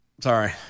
Sorry